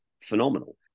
phenomenal